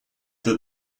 that